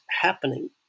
happening